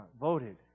voted